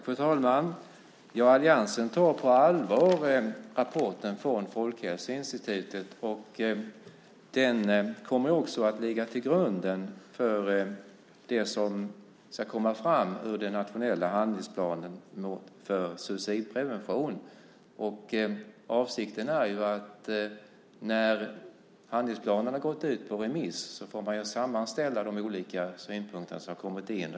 Fru talman! Alliansen tar rapporten från Folkhälsoinstitutet på allvar. Den kommer också att ligga till grund för det som ska komma fram i den nationella handlingsplanen för suicidprevention. När handlingsplanen har varit ute på remiss kommer man att sammanställa de olika synpunkter som kommer in.